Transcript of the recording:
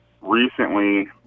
recently